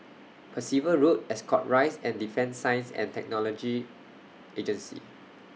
Percival Road Ascot Rise and Defence Science and Technology Agency